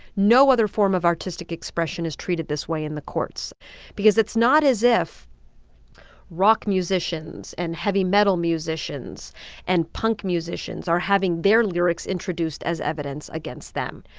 no other form of artistic expression is treated this way in the courts because it's not as if rock musicians and heavy metal musicians and punk musicians are having their lyrics introduced as evidence against them.